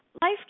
life